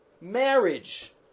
Marriage